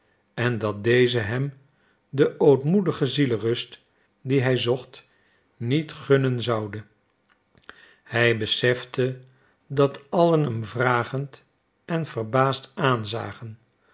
en dat deze hem de ootmoedige zielerust die hij zocht niet gunnen zoude hij besefte dat allen hem vragend en verbaasd aanzagen